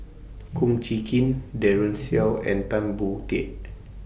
Kum Chee Kin Daren Shiau and Tan Boon Teik